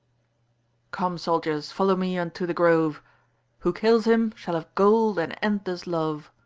come, soldiers, follow me unto the grove who kills him shall have gold and endless love.